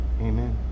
amen